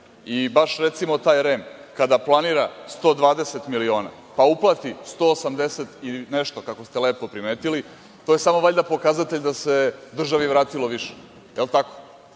i baš recimo taj REM, kada planira 120 miliona, pa uplati 180 i nešto, kako ste lepo primetili, to je samo valjda pokazatelj da se državi vratilo više, je li tako? Sad,